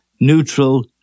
neutral